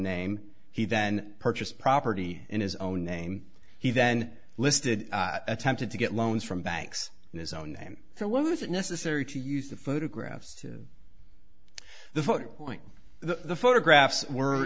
name he then purchased property in his own name he then listed attempted to get loans from banks in his own name so was it necessary to use the photographs to the point the photographs